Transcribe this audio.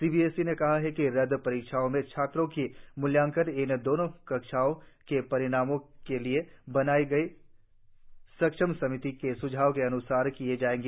CBSE ने कहा है कि रद्द परीक्षाओं में छात्रों का मूल्यांकन इन दोनों कक्षाओं के परिणामों के लिए बनाई गई सक्षम समिति के स्झावों के अन्सार किया जाएगा